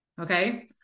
okay